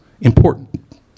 important